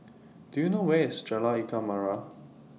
Do YOU know Where IS Jalan Ikan Merah